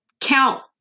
count